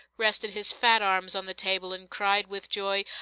rested his fat arms on the table, and cried, with joy,